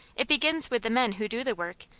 it begins with the men who do the work,